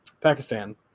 Pakistan